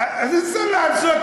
איזה סלט?